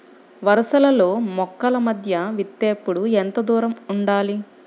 వరసలలో మొక్కల మధ్య విత్తేప్పుడు ఎంతదూరం ఉండాలి?